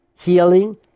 healing